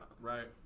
right